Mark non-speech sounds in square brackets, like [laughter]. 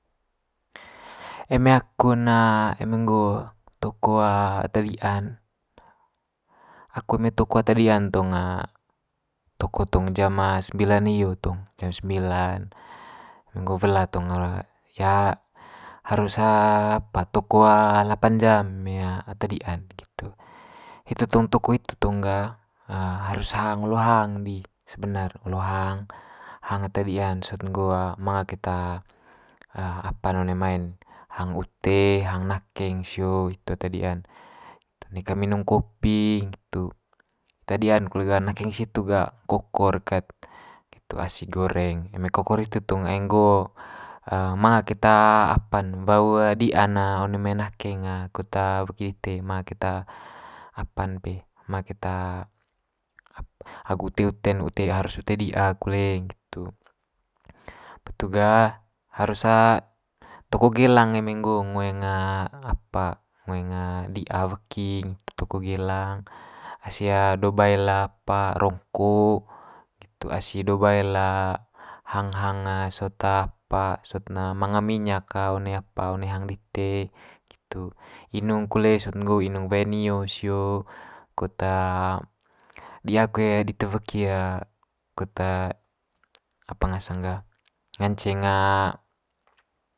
Eme aku'n eme nggo toko ata di'an aku eme toko ata di'an tong toko tong jam sembilan hio tong, jam sembilan. Eme nggo wela tong harus apa toko lapan jam eme ata di'an nggitu. Hitu tong toko hitu tong ga harus hang olo hang di sebenar olo hang, hang ata di'an sot nggo manga keta apa'n one mai'n hang ute hang nakeng sio hitu ata di'an. [unintelligible] neka inung kopi nggitu, ata di'an kole ga nakeng situ ga kokor kat nggitu asi goreng. Eme kokor hitu tong ai nggo [hesitation] manga keta apa'n wau di'an one mai nakeng kut weki dite ma keta apa'n pe ma keta [unintelligible] agu ute ute'n, ute harus ute di'a kole nggitu. [unintelligible] itu ga harus toko gelang eme nggo ngoeng apa ngoeng di'a weki [unintelligible] toko gelang asi do bael apa rongko nggitu, asi do bael hang hang sot apa sot ne manga minyak one apa one hang dite nggitu. Inung kole sot nggo inung wae nio sio kut di'a koe dite weki kut apa ngasang ga nganceng.